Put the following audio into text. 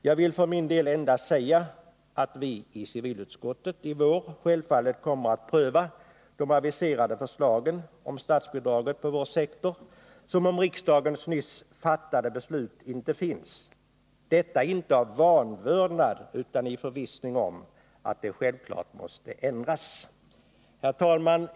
Jag vill för min del endast säga att vi i civilutskottet i vår självfallet kommer att pröva de aviserade förslagen om statsbidraget på vår sektor som om riksdagens nyss fattade beslut inte fanns — detta inte av vanvördnad, utan i förvissning om att det självfallet måste ändras. Herr talman!